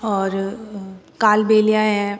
और कालबेलिया है